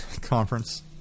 conference